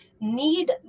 need